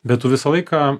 bet tu visą laiką